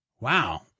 Wow